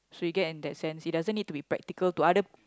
so you get in that sense it doesn't need to be practical to other